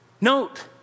Note